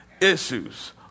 issues